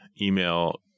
email